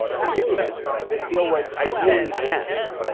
for unionists, this deal was ideally the end.